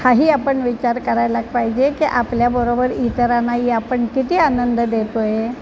हाही आपण विचार करायला पाहिजे की आपल्याबरोबर इतरांनाही आपण किती आनंद देतो आहे